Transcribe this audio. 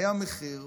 היה מחיר,